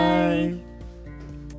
Bye